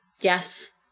Yes